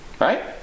Right